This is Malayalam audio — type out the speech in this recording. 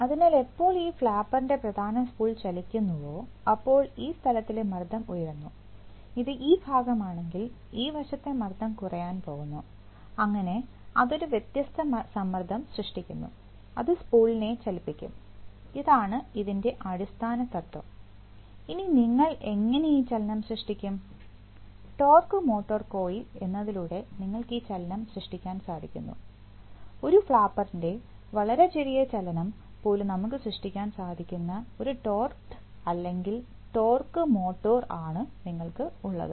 അതിനാൽ എപ്പോൾ ഈ ഫ്ലാപ്പറിൻറെ പ്രധാന സ്പൂൾ ചലിക്കുന്നുവോ അപ്പോൾ ഈ സ്ഥലത്തിലെ മർദ്ദം ഉയരുന്നു ഇത് ഈ ഭാഗമാണെങ്കിൽ ഈ വശത്തെ മർദ്ദം കുറയാൻ പോകുന്നു അങ്ങനെ അത് ഒരു വ്യത്യസ്ത സമ്മർദ്ദം സൃഷ്ടിക്കുന്നു അത് സ്പൂളിനെ ചലിപ്പിക്കും ഇതാണ് ഇതിൻറെ അടിസ്ഥാന തത്വം ഇനി നിങ്ങൾ എങ്ങനെ ഈ ചലനം സൃഷ്ടിക്കും ടോർക്ക് മോട്ടോർ കോയിൽ എന്നതിലൂടെ നിങ്ങൾ ഈ ചലനം സൃഷ്ടിക്കാൻ സാധിക്കുന്നു ഒരു ഫ്ലാപ്പറിന്റെ വളരെ ചെറിയ ചലനം പോലും നമുക്ക് സൃഷ്ടിക്കാൻ സാധിക്കുന്ന ഒരു ടോർക്ക്ഡ് അല്ലെങ്കിൽ ടോർക്ക് മോട്ടോർ ആണ് നിങ്ങൾക്ക് ഉള്ളത്